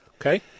Okay